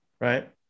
right